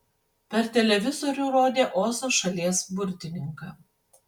per televizorių rodė ozo šalies burtininką